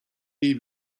jej